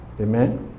Amen